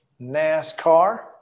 NASCAR